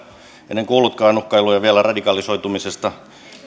ennen kuullutkaan uhkailuja vielä radikalisoitumisesta